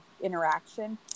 interaction